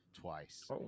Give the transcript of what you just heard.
twice